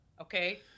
Okay